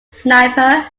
snapper